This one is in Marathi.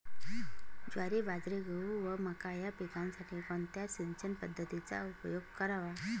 ज्वारी, बाजरी, गहू व मका या पिकांसाठी कोणत्या सिंचन पद्धतीचा उपयोग करावा?